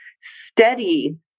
steady